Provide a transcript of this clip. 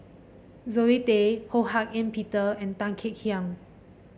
Zoe Tay Ho Hak Ean Peter and Tan Kek Hiang